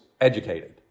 educated